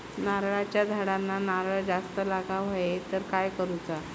नारळाच्या झाडांना नारळ जास्त लागा व्हाये तर काय करूचा?